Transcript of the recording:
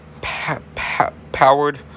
powered